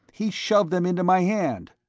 he shoved them into my hand.